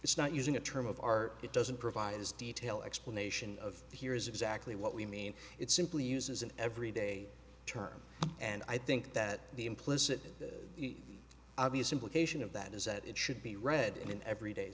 it's not using a term of art it doesn't provide as detail explanation of here is exactly what we mean it simply uses an every day term and i think that the implicit obvious implication of that is that it should be read in every day